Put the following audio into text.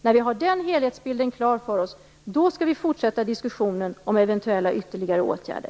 När vi har den helhetsbilden klar för oss skall vi fortsätta diskussionen om eventuella ytterligare åtgärder.